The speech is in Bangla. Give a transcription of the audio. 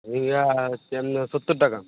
ঝিঙ্গা আছে আপনার সত্তর টাকা